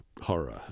horror